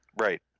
Right